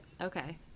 okay